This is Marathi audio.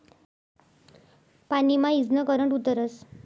पानी मा ईजनं करंट उतरस